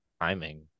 timing